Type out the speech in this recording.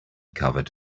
covered